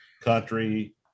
country